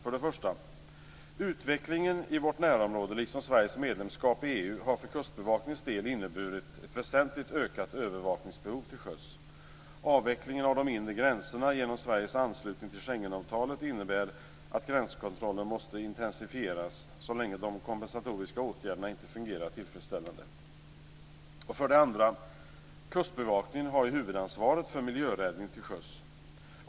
För det första: Utvecklingen i vårt närområde liksom Sveriges medlemskap i EU har för Kustbevakningens del inneburit ett väsentligt ökat övervakningsbehov till sjöss. Avvecklingen av de inre gränserna genom Sveriges anslutning till Schengenavtalet innebär att gränskontrollen måste intensifieras så länge de kompensatoriska åtgärderna inte fungerar tillfredsställande. För det andra: Kustbevakningen har huvudansvaret för miljöräddning till sjöss.